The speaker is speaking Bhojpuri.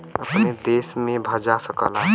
अपने देश में भजा सकला